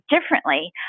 differently